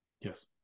Yes